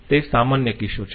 તેથી તે સામાન્ય કિસ્સો છે